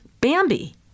Bambi